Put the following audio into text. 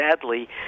sadly